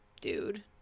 dude